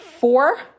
four